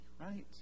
right